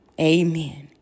Amen